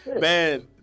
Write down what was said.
Man